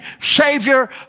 Savior